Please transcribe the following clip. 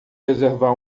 reservar